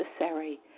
necessary